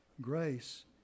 Grace